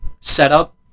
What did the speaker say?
setup